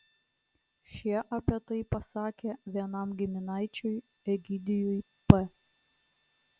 šie apie tai pasakė vienam giminaičiui egidijui p